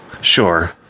Sure